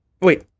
wait